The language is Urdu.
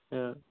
اچھا